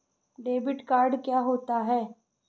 Debit card क्या होता है?